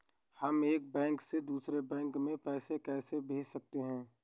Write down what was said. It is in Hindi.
हम एक बैंक से दूसरे बैंक में पैसे कैसे भेज सकते हैं?